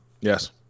Yes